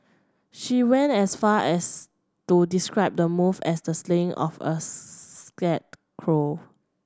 she went as far as to describe the move as the slaying of a sacred cow